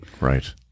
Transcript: Right